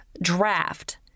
Draft